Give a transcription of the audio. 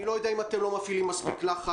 אני לא יודע אם אתם לא מפעילים מספיק לחץ,